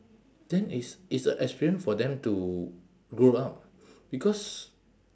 then it's it's a experience for them to grow up because